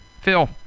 Phil